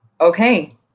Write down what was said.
okay